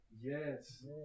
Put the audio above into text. yes